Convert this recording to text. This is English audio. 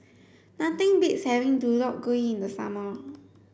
nothing beats having Deodeok gui in the summer